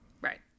Right